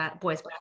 boys